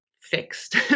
fixed